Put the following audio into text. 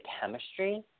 chemistry